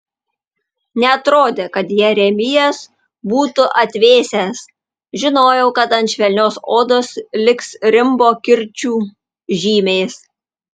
neatrodė kad jeremijas būtų atvėsęs žinojau kad ant švelnios odos liks rimbo kirčių žymės